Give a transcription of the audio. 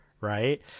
right